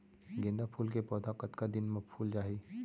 गेंदा फूल के पौधा कतका दिन मा फुल जाही?